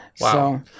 Wow